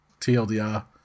TLDR